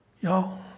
Y'all